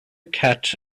cat